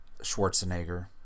Schwarzenegger